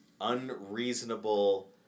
unreasonable